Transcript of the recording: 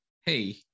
Hey